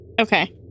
Okay